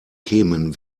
kämen